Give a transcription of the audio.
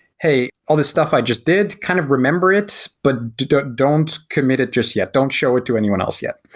hey, all the stuff i just did kind of remember it, but don't don't commit it just yet. don't show it to anyone else yet.